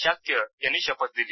शाक्य यांनी शपथ दिली